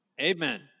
amen